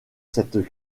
cette